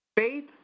Faith